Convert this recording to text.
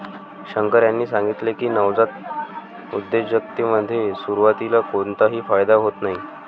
शंकर यांनी सांगितले की, नवजात उद्योजकतेमध्ये सुरुवातीला कोणताही फायदा होत नाही